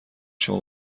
شما